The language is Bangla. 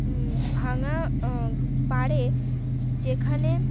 ভাঙা পাড়ে যেখানে